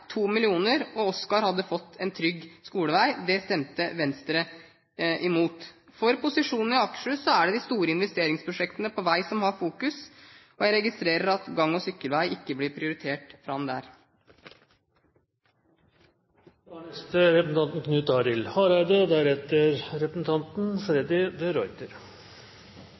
og Oscar hadde fått en trygg skolevei. Det stemte Venstre imot. For posisjonen i Akershus er det de store investeringsprosjektene på vei som har fokus, og jeg registrerer at gang- og sykkelvei ikke blir prioritert der. Eg vil takke for ein god debatt. Eg har lyst til å vise til representanten